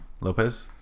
Lopez